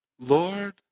Lord